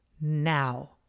now